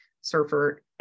surfer